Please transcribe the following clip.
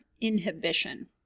Inhibition